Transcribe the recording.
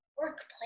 Workplace